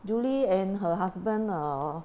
julie and her husband a'ah